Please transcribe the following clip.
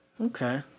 Okay